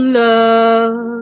love